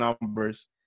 numbers